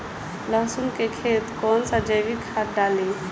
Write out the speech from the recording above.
लहसुन के खेत कौन सा जैविक खाद डाली?